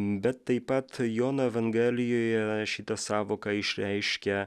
bet taip pat jono evangelijoje šita sąvoka išreiškia